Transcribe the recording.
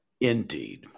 Indeed